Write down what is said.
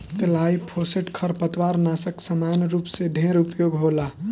glyphosate खरपतवारनाशक सामान्य रूप से ढेर उपयोग होला